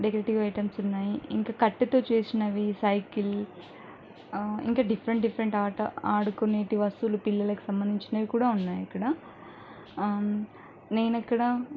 decorative items ఉన్నాయి ఇంకా కట్టెతో చేసినవి సైకిల్ ఇంకా డిఫరెంట్ డిఫరెంట్ ఆట ఆడుకునేటి వస్తువులు పిల్లలకు సంబంధించినవి కూడా ఉన్నాయి ఇక్కడ నేనిక్కడ